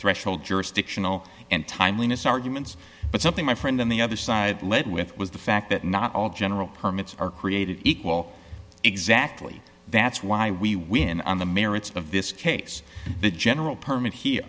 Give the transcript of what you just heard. threshold jurisdictional and timeliness arguments but something my friend on the other side led with was the fact that not all general permits are created equal exactly that's why we win on the merits of this case the general permit he